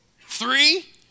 Three